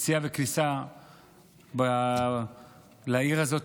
יציאה וכניסה לעיר הזאת,